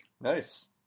nice